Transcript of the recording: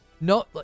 No